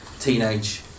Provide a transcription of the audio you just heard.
teenage